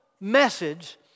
message